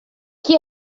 chi